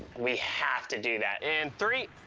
we have to do that. in three,